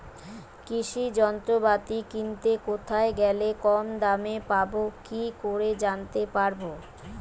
কৃষি যন্ত্রপাতি কিনতে কোথায় গেলে কম দামে পাব কি করে জানতে পারব?